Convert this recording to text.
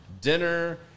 dinner